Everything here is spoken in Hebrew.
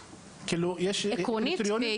מה הקריטריונים להקמת תחנה?